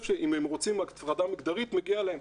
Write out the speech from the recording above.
שאם הם רוצים הפרדה מגדרית מגיע להם.